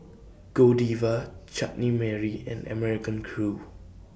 Godiva Chutney Mary and American Crew